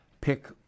pick